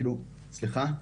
כאילו סליחה,